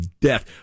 death